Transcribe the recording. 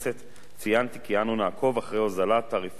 ציינתי כי אנו נעקוב אחרי הוזלת תעריפי ביטוח